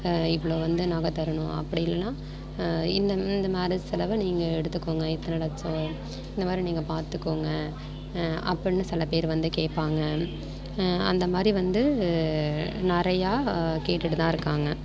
இவ்வளோ வந்து நக தரணும் அப்படி இல்லைனா இந்த இந்த மேரேஜ் செலவை நீங்கள் எடுத்துக்கோங்க இத்தனை லட்சம் இந்த மாதிரி நீங்கள் பார்த்துக்கோங்க அப்புடின்னு சில பேர் வந்து கேட்பாங்க அந்த மாதிரி வந்து நிறையா கேட்டுகிட்டு தான் இருக்காங்கள்